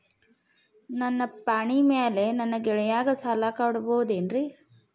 ನನ್ನ ಪಾಣಿಮ್ಯಾಲೆ ನನ್ನ ಗೆಳೆಯಗ ಸಾಲ ಕೊಡಬಹುದೇನ್ರೇ?